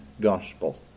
gospel